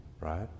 right